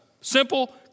Simple